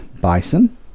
Bison